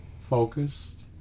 focused